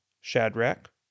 Shadrach